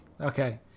Okay